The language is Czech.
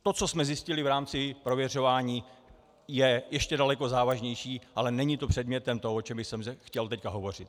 To, co jsme zjistili v rámci prověřování, je ještě daleko závažnější, ale není to předmětem toho, o čem bych chtěl teď hovořit.